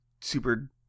super